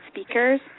speakers